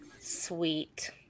Sweet